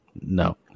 No